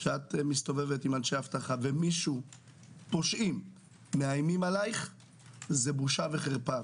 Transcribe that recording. שאת מסתובבת עם אנשי אבטחה ופושעים מאיימים עליך - זה בושה וחרפה.